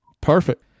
Perfect